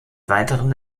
weiteren